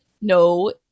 no